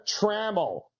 Trammell